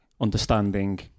understanding